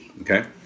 okay